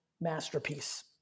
masterpiece